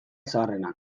zaharrenak